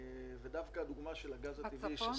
ודווקא הדוגמה של הגז הטבעי,